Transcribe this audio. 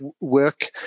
work